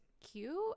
cute